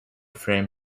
frame